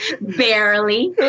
Barely